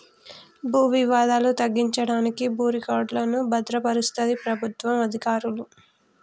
భూ వివాదాలు తగ్గించడానికి భూ రికార్డులను భద్రపరుస్తది ప్రభుత్వ అధికారులు